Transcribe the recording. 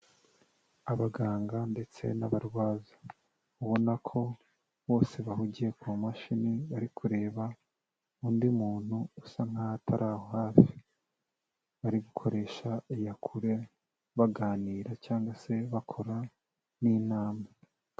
Abaganga ndetse n'abarwaza, ubona ko bose bahugiye ku mashini bari kureba undi muntu usa nkaho atari aho hafi, bari gukoresha iyakure baganira cyangwa se bakora nk'inama.